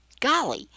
Golly